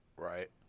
Right